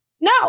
No